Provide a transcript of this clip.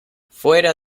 fuera